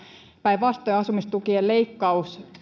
päinvastoin asumistukien leikkaus